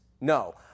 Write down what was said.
No